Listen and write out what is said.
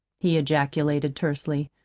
he ejaculated tersely.